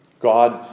God